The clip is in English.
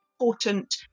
important